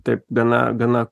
taip gana gana